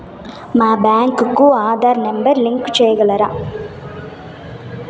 మా బ్యాంకు కు ఆధార్ నెంబర్ కు లింకు సేయగలరా?